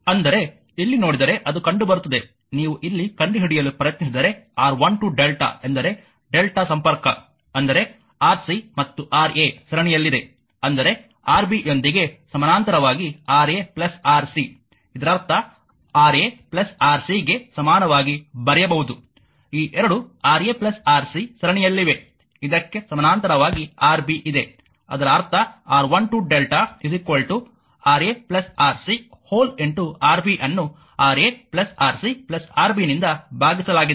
ಅಂದರೆ ಇಲ್ಲಿ ನೋಡಿದರೆ ಅದು ಕಂಡುಬರುತ್ತದೆ ನೀವು ಇಲ್ಲಿ ಕಂಡುಹಿಡಿಯಲು ಪ್ರಯತ್ನಿಸಿದರೆ R1 2 lrmΔ ಎಂದರೆ Δ ಸಂಪರ್ಕ ಅಂದರೆ Rc ಮತ್ತು Ra ಸರಣಿಯಲ್ಲಿದೆ ಅಂದರೆ Rb ಯೊಂದಿಗೆ ಸಮಾನಾಂತರವಾಗಿ Ra Rc ಇದರರ್ಥ Ra Rc ಗೆ ಸಮಾನವಾಗಿ ಬರೆಯಬಹುದು ಈ ಎರಡು Ra Rc ಸರಣಿಯಲ್ಲಿವೆ ಇದಕ್ಕೆ ಸಮಾನಾಂತರವಾಗಿ Rb ಇದೆ ಅದರ ಅರ್ಥ R12 lrmlrmΔ Ra Rc Rb ಅನ್ನು Ra Rc Rb ನಿಂದ ಭಾಗಿಸಲಾಗಿದೆ